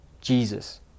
Jesus